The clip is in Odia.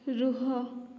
ରୁହ